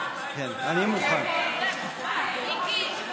כך: לגבי הדיון שהתקיים היום,